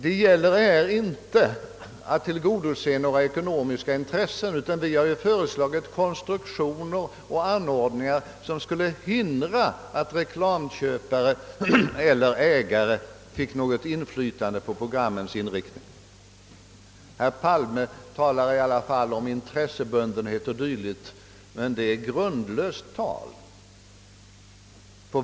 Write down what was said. Det gäller inte här att tillgodose någ ra ekonomiska intressen, utan vi har föreslagit konstruktioner och anordningar, som skulle hindra att reklamköpare eller ägare fick något inflytande på programmens inriktning. Herr Palme talar om intressebundenhet och dylikt, men detta är grundlöst tal.